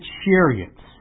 chariots